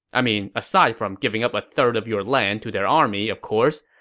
i mean, aside from giving up a third of your land to their army, of course.